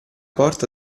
porta